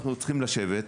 אנחנו צריכים לשבת,